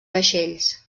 vaixells